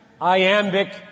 iambic